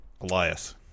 Elias